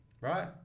Right